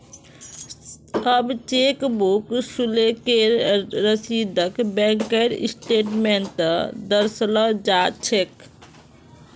सब चेकबुक शुल्केर रसीदक बैंकेर स्टेटमेन्टत दर्शाल जा छेक